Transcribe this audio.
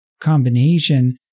combination